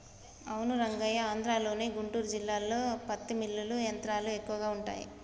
అవును రంగయ్య ఆంధ్రలోని గుంటూరు జిల్లాలో పత్తి మిల్లులు యంత్రాలు ఎక్కువగా ఉంటాయి